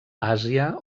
àsia